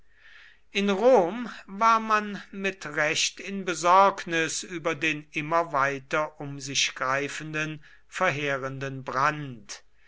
in rom war man mit recht in besorgnis über den immer weiter um sich greifenden verheerenden brand